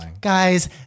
Guys